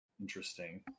interesting